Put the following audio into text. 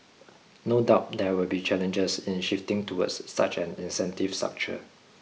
no doubt there will be challenges in shifting towards such an incentive structure